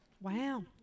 wow